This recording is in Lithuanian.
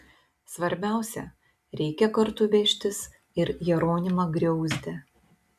svarbiausia reikia kartu vežtis ir jeronimą griauzdę